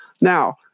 Now